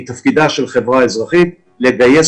כי תפקידה של חברה אזרחית הוא לגייס